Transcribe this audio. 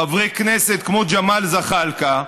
חברי כנסת כמו ג'מאל זחאלקה,